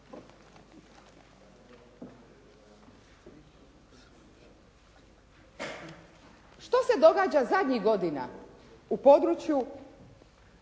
Što se događa zadnjih godina u području